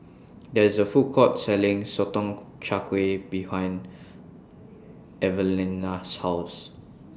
There IS A Food Court Selling Sotong Char Kway behind Evalena's House